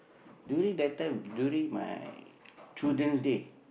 during that time during my Children's Day